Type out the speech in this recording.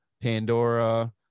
Pandora